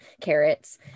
carrots